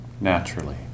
naturally